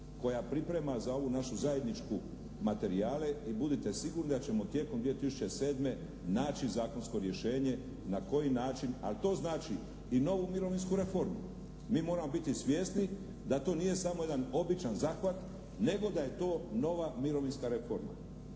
koja priprema za ovu našu zajedničku materijale i budite sigurni da ćemo tijekom 2007. naći zakonsko rješenje na koji način, al' to znači i novu mirovinsku reformu. Mi moramo biti svjesni da to nije samo jedan običan zahvat, nego da je to nova mirovinska reforma,